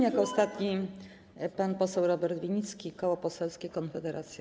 Jako ostatni pan poseł Robert Winnicki, Koło Poselskie Konfederacja.